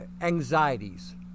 anxieties